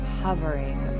hovering